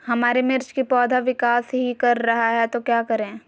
हमारे मिर्च कि पौधा विकास ही कर रहा है तो क्या करे?